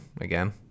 again